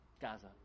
Gaza